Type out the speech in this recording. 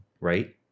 right